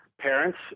parents